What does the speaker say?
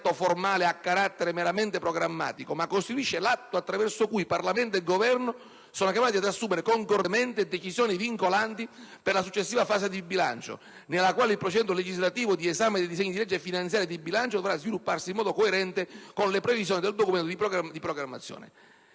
rappresenta un atto formale a carattere meramente programmatico, ma costituisce l'atto attraverso cui Parlamento e Governo sono chiamati ad assumere concordemente decisioni vincolanti per la successiva fase di bilancio nella quale il procedimento legislativo di esame del disegno di legge finanziaria e di bilancio dovrà svilupparsi in modo coerente con le previsioni del DPEF. Come